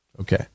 Okay